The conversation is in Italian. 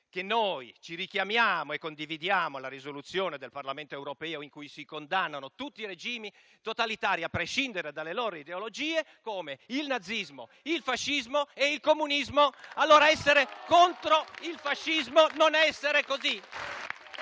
che noi ci richiamiamo alla risoluzione del Parlamento europeo, che condividiamo, in cui si condannano tutti i regimi totalitari, a prescindere dalle ideologie, come il nazismo, il fascismo e il comunismo. Allora essere contro il fascismo non è essere così?